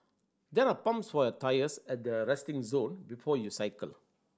there are pumps for your tyres at the resting zone before you cycle